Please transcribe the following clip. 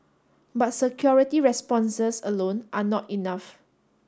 but security responses alone are not enough